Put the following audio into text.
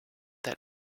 that